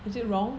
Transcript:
is it wrong